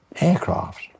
aircraft